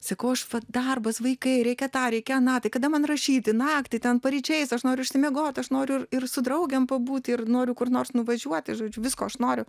sakau aš darbas vaikai reikia tą reikia aną tai kada man rašyti naktį ten paryčiais aš noriu išsimiegot aš noriu ir ir su draugėm pabūti ir noriu kur nors nuvažiuoti žodžiu visko aš noriu